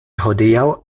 hodiaŭ